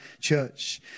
church